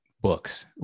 books